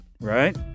Right